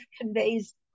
conveys